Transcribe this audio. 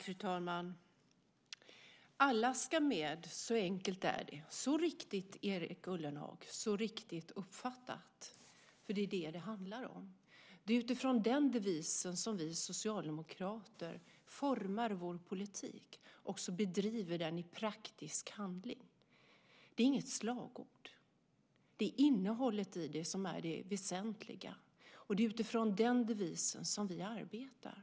Fru talman! Alla ska med. Så enkelt är det. Så riktigt är det uppfattat, Erik Ullenhag. Det är det som det handlar om. Det är utifrån den devisen som vi socialdemokrater formar vår politik och bedriver den i praktisk handling. Det är inget slagord. Det är innehållet i den som är det väsentliga. Det är utifrån den devisen som vi arbetar.